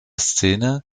szene